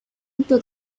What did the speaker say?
into